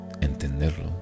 entenderlo